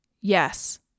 Yes